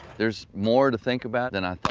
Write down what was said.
there's more to think about than ah